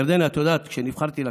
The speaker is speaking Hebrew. ירדנה, את יודעת, כשנבחרתי לכנסת,